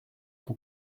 ton